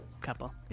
couple